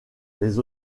les